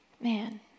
Man